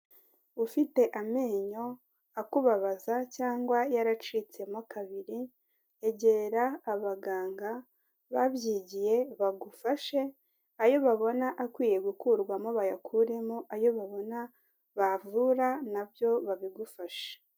Ufite amenyo akubabaza cyangwa yaracitsemo kabiri, egera abaganga babyigiye bagufashe, ayo babona akwiye gukurwamo bayakuremo, ayo babona bavura na byo babigufashe.